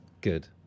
Good